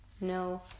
No